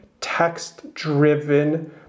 text-driven